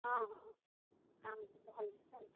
ହଁ ହଁ କାମ ସବୁ ଭଲସେ ଚାଲିଛି